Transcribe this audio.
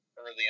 Early